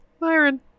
Myron